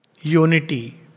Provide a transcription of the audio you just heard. unity